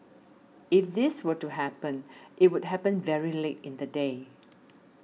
if this were to happen it would happen very late in the day